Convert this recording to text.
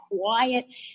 quiet